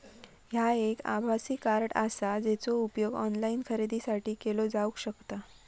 ह्या एक आभासी कार्ड आसा, जेचो उपयोग ऑनलाईन खरेदीसाठी केलो जावक शकता